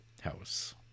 house